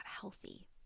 healthy